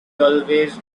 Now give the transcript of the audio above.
always